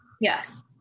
yes